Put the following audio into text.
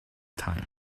time